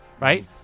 right